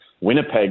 Winnipeg